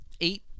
eight